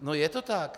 No je to tak.